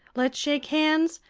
let's shake hands,